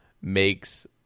makes